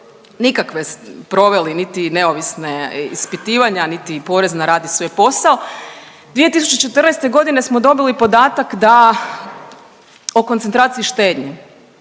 nikakve proveli niti neovisna ispitivanja, niti porez na rad i svoj posao? 2014. godine smo dobili podatak da o koncentraciji štednje